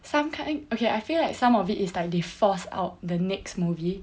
some okay I feel like some of it is like they forced out the next movie